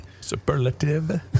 Superlative